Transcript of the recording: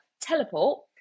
teleport